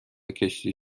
کشتی